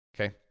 okay